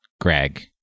Greg